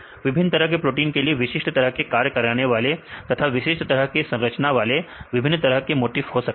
विभिन्न तरह की प्रोटीन के लिए विशिष्ट तरह की कार्य करने वाले तथा विशिष्ट तरह की संरचना वाले विभिन्न तरह के मोटीफ हो सकते हैं